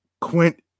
quint